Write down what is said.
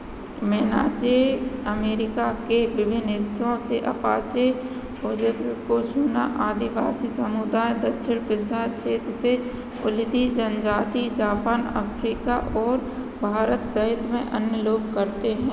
मेनाचे America के विभिन्न हिस्सों से अपाचे को जब को सुना आदिवासी समुदाय दक्षिण प्रिसा क्षेत्र से ओलिती जनजाति जापान अफ्रीका और भारत सहित में अन्य लोग करते हैं